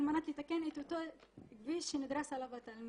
מנת לתקן את אותו כביש שנדרס עליו התלמיד.